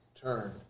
turn